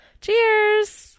Cheers